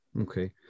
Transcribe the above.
Okay